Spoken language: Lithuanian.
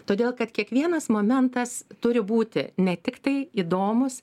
todėl kad kiekvienas momentas turi būti ne tiktai įdomus